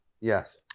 Yes